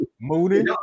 Moody